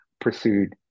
pursued